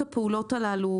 הפעולות הללו,